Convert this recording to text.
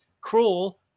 Cruel